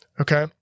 okay